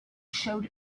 showed